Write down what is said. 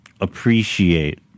appreciate